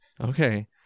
Okay